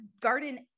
garden